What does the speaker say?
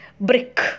Brick